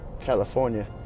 California